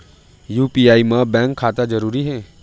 UPI मा bank खाता जरूरी हे?